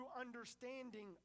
understanding